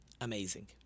Amazing